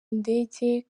indege